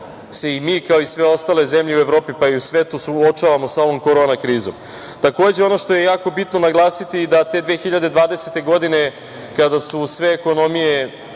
se i mi kao i sve ostale zemlje u Evropi, pa i u svetu suočavamo sa ovom korona krizom. Takođe, ono što je jako bitno naglasiti da te 2020. godine kada su sve ekonomije